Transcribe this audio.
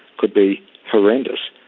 could be horrendous,